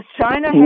China